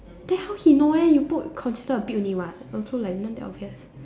then how he know eh you put concealer a bit only [what] also like not that obvious